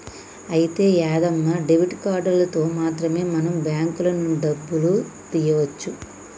అయితే యాదమ్మ డెబిట్ కార్డులతో మాత్రమే మనం బ్యాంకుల నుంచి డబ్బులు తీయవచ్చు